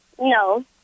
No